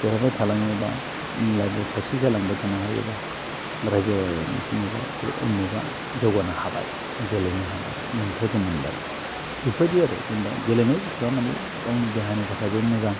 देरहाबाय थालाङोबा नों लाइफआव साकसेस जालांबाय थानो हायोबा रायजो राजा नोखौ नुबाय जे उमुकआ जौगानो हाबाय गेलेनो हाबाय मोनथाइखौ मोनबाय बेफोरबायदि आरो जेनेबा गेलेनाय बुस्तुआ माने गावनि देहानि थाखायबो मोजां